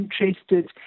interested